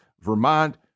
Vermont